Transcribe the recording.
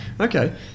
Okay